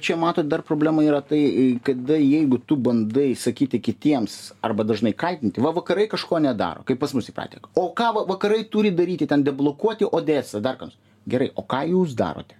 čia matot dar problema yra tai kada jeigu tu bandai sakyti kitiems arba dažnai kaltinti va vakarai kažko nedaro kaip pas mus įpratę o ką va vakarai turi daryti ten deblokuoti odesą dar ką nors gerai o ką jūs darote